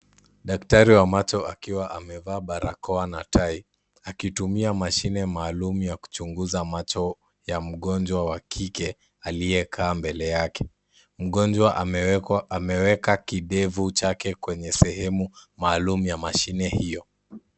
Daktari wa macho akiwa amevaa barakoa na tai, akitumia mashine maalum ya kuchunguza macho ya mgonjwa wa kike, aliyekaa mbele yake. Mgonjwa ameweka kidevu chake kwenye sehemu maalum ya mashine hiyo.